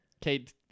Kate